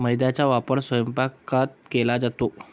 मैद्याचा वापर स्वयंपाकात केला जातो